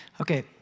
Okay